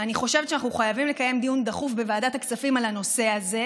אני חושבת שאנחנו חייבים לקיים דיון דחוף בוועדת הכספים על הנושא הזה,